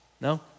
No